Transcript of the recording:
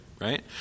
right